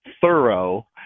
thorough